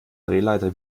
drehleiter